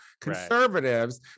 conservatives